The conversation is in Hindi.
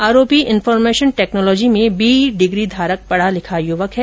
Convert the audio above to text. आरोपी इन्फोर्मेशन टेक्नोलॉजी में बीई डिग्री धारक पढ़ा लिखा युवक है